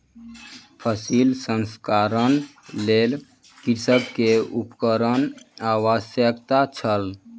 फसिल प्रसंस्करणक लेल कृषक के उपकरणक आवश्यकता छल